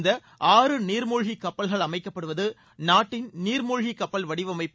இந்த ஆறு நீர்மூழ்கிக் கப்பல்கள் அமைக்கப்படுவது நாட்டின் நீர்மூழ்கி கப்பல் வடிவமைப்பு